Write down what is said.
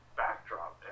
backdrop